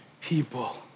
people